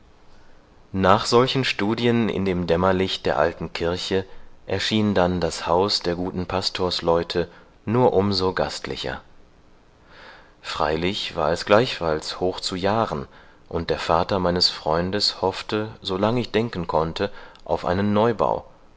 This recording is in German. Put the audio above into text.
nach solchen studien in dem dämmerlicht der alten kirche erschien dann das haus der guten pastorsleute nur um so gastlicher freilich war es gleichfalls hoch zu jahren und der vater meines freundes hoffte so lange ich denken konnte auf einen neubau